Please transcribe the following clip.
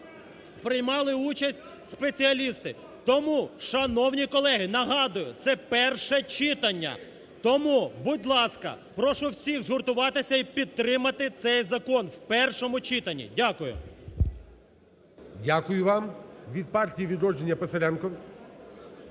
приймали участь спеціалісти. Тому, шановні колеги, нагадую, це перше читання, тому, будь ласка, прошу всіх згуртуватися і підтримати цей закон в першому читанні. Дякую. ГОЛОВУЮЧИЙ. Дякую вам. Від "Партії "Відродження" Писаренко.